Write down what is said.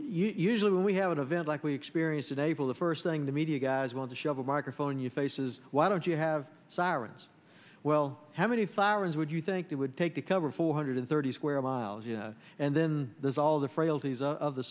usually when we have an event like we experienced in april the first thing the media guys want to shove a microphone you face is why don't you have sirens well how many fires would you think it would take to cover four hundred thirty square miles you know and then there's all the frailties of the